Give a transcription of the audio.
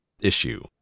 issue